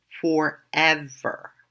forever